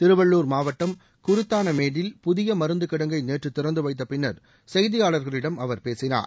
திருவள்ளுர் மாவட்டம் குருத்தானமேடில் புதிய மருந்து கிடங்கை நேற்று திறந்துவைத்த பின்னர் செய்தியாளர்களிடம் அவர் பேசினார்